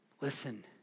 Listen